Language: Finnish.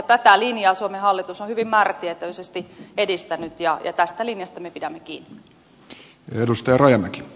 tätä linjaa suomen hallitus on hyvin määrätietoisesti edistänyt ja tästä linjasta me pidämme kiinni